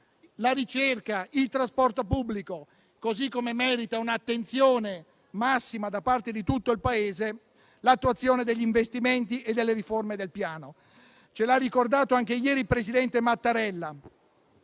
la ricerca, il trasporto pubblico; ugualmente, merita un'attenzione massima da parte di tutto il Paese l'attuazione degli investimenti e delle riforme del piano. Come ha ricordato anche ieri il presidente Mattarella,